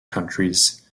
countries